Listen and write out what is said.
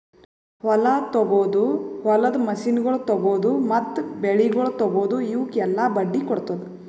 ಹೊಲ ತೊಗೊದು, ಹೊಲದ ಮಷೀನಗೊಳ್ ತೊಗೊದು, ಮತ್ತ ಬೆಳಿಗೊಳ್ ತೊಗೊದು, ಇವುಕ್ ಎಲ್ಲಾ ಬಡ್ಡಿ ಕೊಡ್ತುದ್